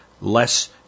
less